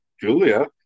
Julia